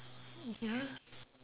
ya